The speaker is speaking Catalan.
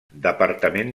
departament